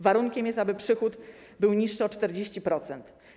Warunkiem jest, aby przychód był niższy o 40%.